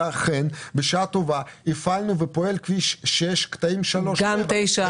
ואכן בשעה טובה הפעלנו ופועל כביש 6 קטעים 7-3. גם 9א היה.